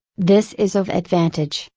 this is of advantage,